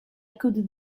could